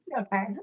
Okay